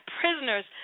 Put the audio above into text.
prisoners